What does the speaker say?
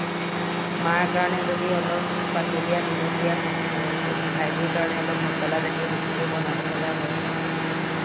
মাৰ কাৰণে যদি অলপ পাতলীয়া নিমখীয়া আৰু সৰু ভাইটি কাৰণে অলপ মছলা জাতীয় বেছিকৈ বনাবলগা হয়